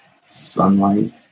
sunlight